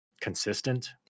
consistent